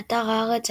באתר הארץ,